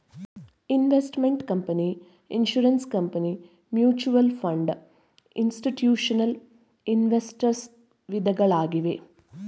investment company, insurance company, mutual fund, institutional investors ವಿಧಗಳಾಗಿವೆ